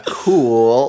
cool